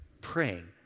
praying